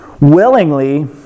willingly